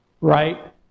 Right